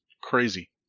crazy